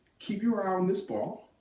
keep your eye on this ball